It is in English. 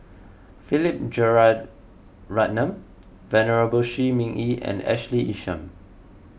Philip Jeyaretnam Venerable Shi Ming Yi and Ashley Isham